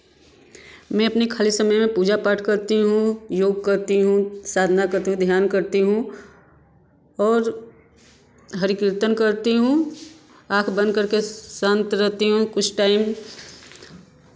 मैं अपने खाली समय में पूजा पाठ करती हूँ योग करती हूँ साधना करती हूँ ध्यान करती हूँ और हरि कीर्तन करती हूँ आंख बंद करके शांत रहती हूँ कुछ टाइम